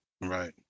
Right